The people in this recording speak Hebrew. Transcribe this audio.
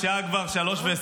השעה כבר 03:20,